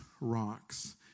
rocks